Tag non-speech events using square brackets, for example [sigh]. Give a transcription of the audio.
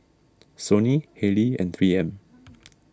Sony Haylee and three M [noise]